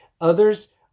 Others